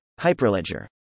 Hyperledger